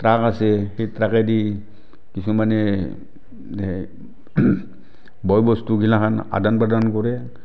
truck আছে সেই ট্ৰাকেদি কিছুমানে বয় বস্তুগিলাখান আদান প্ৰদান কৰে